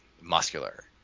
muscular